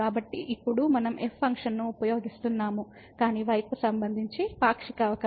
ఇప్పుడు మనం f ఫంక్షన్ను ఉపయోగిస్తున్నాము కానీ y కు సంబంధించి పాక్షిక అవకలనం